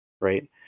right